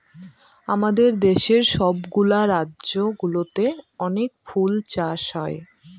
আমাদের দেশের সব গুলা রাজ্য গুলোতে অনেক ফুল চাষ হয়